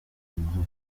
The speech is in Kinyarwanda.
amahoro